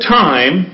time